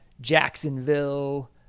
Jacksonville